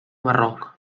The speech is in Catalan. barroc